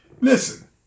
Listen